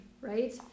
Right